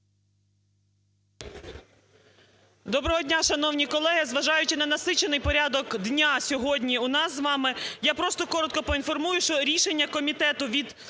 Доброго дня, шановні колеги. Зважаючи на насичений порядок дня сьогодні у нас з вами, я просто коротко поінформую, що рішення комітету від